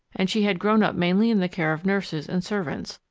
and she had grown up mainly in the care of nurses and servants,